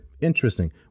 Interesting